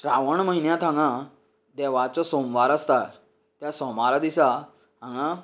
श्रावण म्हयन्यांत हांगा देवाचो सोमवार आसता त्या सोमार दिसाक हांगा